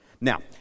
Now